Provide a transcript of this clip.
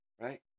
right